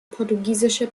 portugiesische